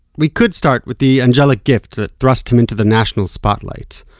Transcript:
we could start with the angelic gift that thrust him into the national spotlight.